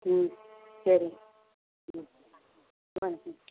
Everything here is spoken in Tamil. ம் சரிங்க ம் வாங்க ம்